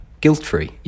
guilt-free